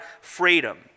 freedom